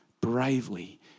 bravely